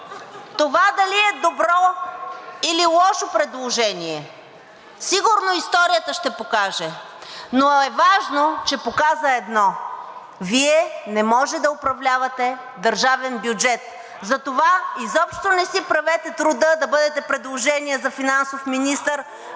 …Това дали е добро, или лошо предложение сигурно историята ще покаже, но е важно, че показа едно: Вие не може да управлявате държавен бюджет. Затова изобщо не си правете труда да бъдете предложение за финансов министър…